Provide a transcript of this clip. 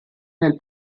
nel